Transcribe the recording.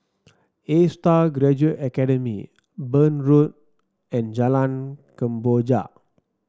Astar Graduate Academy Burn Road and Jalan Kemboja